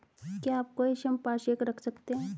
क्या आप कोई संपार्श्विक रख सकते हैं?